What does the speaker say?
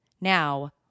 Now